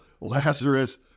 Lazarus